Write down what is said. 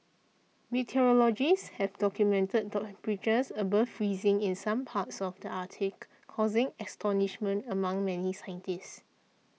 meteorologists have documented temperatures above freezing in some parts of the Arctic causing astonishment among many scientists